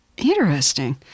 Interesting